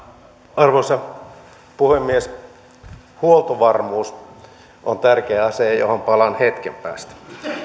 arvoisa puhemies huoltovarmuus on tärkeä asia johon palaan hetken päästä